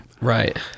Right